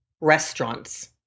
restaurants